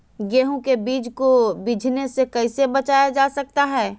गेंहू के बीज को बिझने से कैसे बचाया जा सकता है?